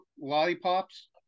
lollipops